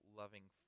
loving